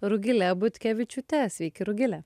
rugile butkevičiūte sveiki rugilė